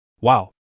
Wow